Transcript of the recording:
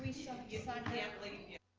you can't leave ye